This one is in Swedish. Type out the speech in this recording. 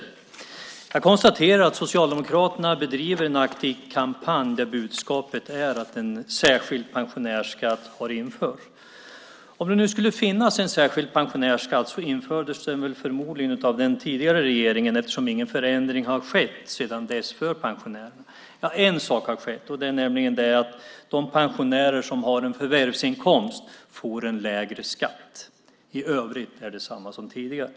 Vidare konstaterar jag att Socialdemokraterna bedriver en aktiv kampanj där budskapet är att en särskild pensionärsskatt införts. Om det nu skulle finnas en särskild pensionärsskatt infördes den förmodligen av den tidigare regeringen eftersom ingen förändring skett sedan dess för pensionärerna. Jo, en sak har skett, nämligen att de pensionärer som har en förvärvsinkomst får lägre skatt. I övrigt är det på samma sätt som tidigare.